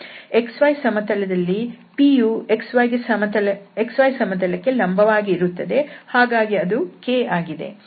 xy ಸಮತಲದಲ್ಲಿ pಯು xy ಸಮತಲಕ್ಕೆ ಲಂಬವಾಗಿ ಇರುತ್ತದೆ ಹಾಗಾಗಿ ಅದು k ಆಗಿದೆ